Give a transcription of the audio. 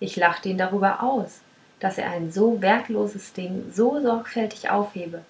ich lachte ihn darüber aus daß er ein so wertloses ding so sorgfältig aufhebe